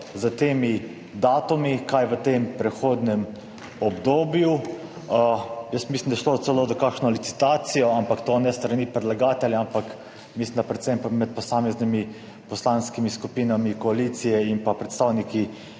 s temi datumi, kaj v tem prehodnem obdobju. Jaz mislim, da je šlo celo za kakšno licitacijo, ampak to ne s strani predlagatelja, ampak mislim, da predvsem med posameznimi poslanskimi skupinami koalicije in pa predstavniki